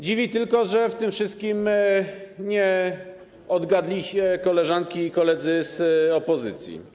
Dziwi tylko to, że w tym wszystkim nie odgadliście tego, koleżanki i koledzy z opozycji.